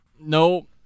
No